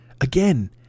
again